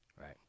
Right